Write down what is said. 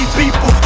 people